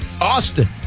Austin